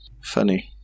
funny